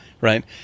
Right